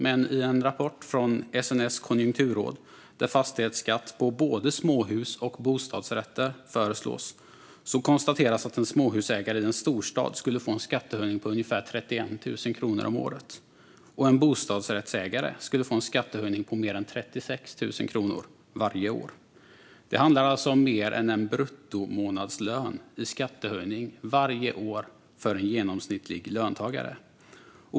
Men i en rapport från SNS Konjunkturråd, där fastighetsskatt på både småhus och bostadsrätter föreslås, konstateras att en småhusägare i en storstad skulle få en skattehöjning på ungefär 31 000 kronor om året, och en bostadsrättsägare skulle få en skattehöjning på mer än 36 000 kronor varje år. Det handlar alltså om mer än en bruttomånadslön i skattehöjning varje år för en genomsnittlig löntagare.